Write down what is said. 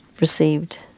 received